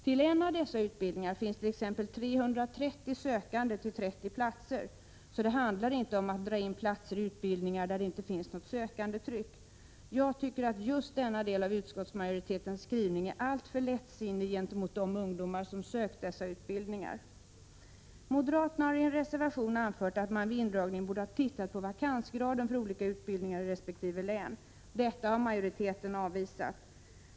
Till en av dessa utbildningar finns t.ex. 330 sökande till 30 platser, så det handlar inte om att dra in platser i utbildningar där det inte finns något sökandetryck. Jag tycker att just denna del av utskottsmajoritetens skrivning är alltför lättsinnig gentemot de ungdomar som sökt dessa utbildningar. Moderaterna har i en reservation anfört att man vid indragningen borde ha tittat på vakansgraden för olika utbildningar i resp. län. Detta har majoriteten avvisat.